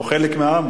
הוא חלק מהעם.